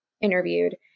interviewed